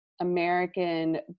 American